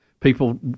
people